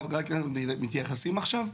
חברי הכנסת מתייחסים עכשיו?